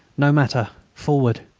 no matter! forward!